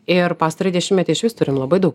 ir pastarąjį dešimtmetį išvis turim labai daug